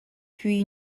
puis